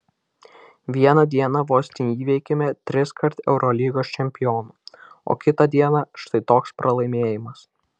vieną dieną vos neįveikėme triskart eurolygos čempionų o kitą dieną štai toks pralaimėjimas